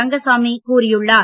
ரங்கசாமி கூறியுள்ளார்